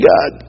God